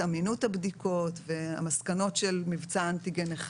"בדיקת קורונה מיידית לשימוש ביתי"